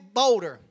bolder